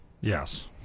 Yes